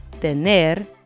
tener